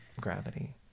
gravity